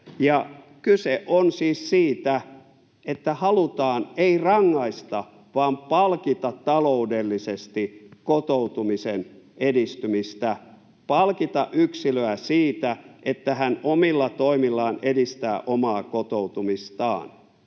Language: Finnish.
Kyse on siis siitä, että halutaan ei rangaista vaan palkita taloudellisesti kotoutumisen edistymisestä, palkita yksilöä siitä, että hän omilla toimillaan edistää omaa kotoutumistaan.